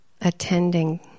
attending